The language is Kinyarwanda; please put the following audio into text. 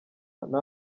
nta